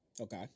okay